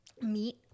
Meat